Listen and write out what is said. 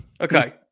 okay